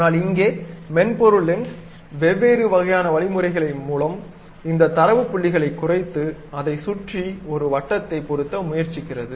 ஆனால் இங்கே மென்பொருள் லென்ஸ் வெவ்வேறு வகையான வழிமுறைகள் மூலம் இந்த தரவு புள்ளிகளைக் குறைத்து அதைச் சுற்றி ஒரு வட்டத்தை பொருத்த முயற்சிக்கிறது